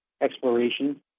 exploration